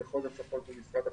במחוז הצפון של משרד החינוך,